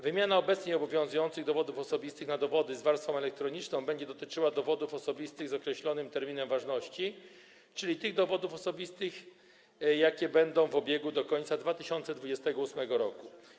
Wymiana obecnie obowiązujących dowodów osobistych na dowody z warstwą elektroniczną będzie dotyczyła dowodów osobistych z określonym terminem ważności, czyli tych dowodów osobistych, które będą w obiegu do końca 2028 r.